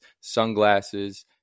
sunglasses